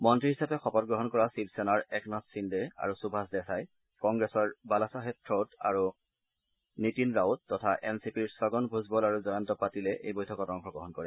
মন্ত্ৰী হিচাপে শপত গ্ৰহণ কৰা শিৱসেনাৰ একনাথ সিং আৰু সুভাষ দেশাই কংগ্ৰেছৰ বালাছাহেব থ্ৰোট আৰু নীতিন ৰাউট তথা এনচিপিৰ ছগন ভূজল আৰু জয়ন্ত পাটিলে এই বৈঠকত অংশগ্ৰহণ কৰে